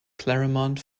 claremont